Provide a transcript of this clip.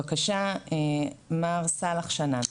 בבקשה מר סאלח שנאח.